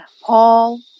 Paul